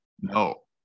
no